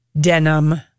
denim